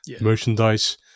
Merchandise